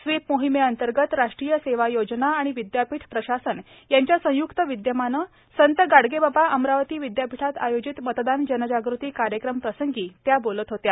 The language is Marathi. स्वीप मोहिमे अंतर्गत राष्ट्रीय सेवा योजना आणि विदयापीठ प्रशासन यांच्या संयुक्त विदयमानं संत गाडगेबाबा अमरावती विदयापीठात आयोजित मतदान जनजागृती कार्यक्रम प्रसंगी त्या बोलत होत्या